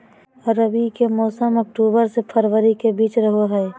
रबी के मौसम अक्टूबर से फरवरी के बीच रहो हइ